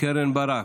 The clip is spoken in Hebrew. קרן ברק.